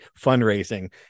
fundraising